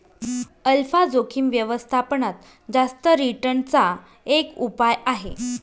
alpha जोखिम व्यवस्थापनात जास्त रिटर्न चा एक उपाय आहे